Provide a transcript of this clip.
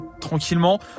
tranquillement